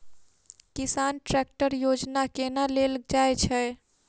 किसान ट्रैकटर योजना केना लेल जाय छै?